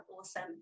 awesome